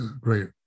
great